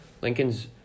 Lincoln's